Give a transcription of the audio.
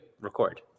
record